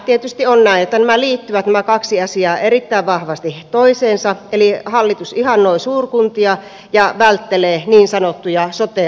tietysti on näin että nämä kaksi asiaa liittyvät erittäin vahvasti toisiinsa eli hallitus ihannoi suurkuntia ja välttelee niin sanottuja sote alueita